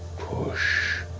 push.